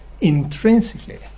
intrinsically